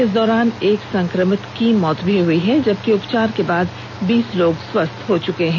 इस दौरान एक संक्रमित की मौत हो गई जबकि उपचार के बाद बीस लोग स्वस्थ हो चुके हैं